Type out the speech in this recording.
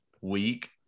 week